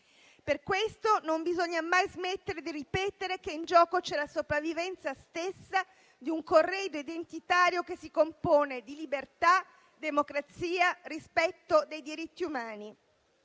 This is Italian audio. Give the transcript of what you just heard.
Per questo non bisogna mai smettere di ripetere che in gioco c'è la sopravvivenza stessa di un corredo identitario che si compone di libertà, democrazia, rispetto dei diritti umani.